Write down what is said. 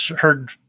heard